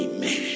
Amen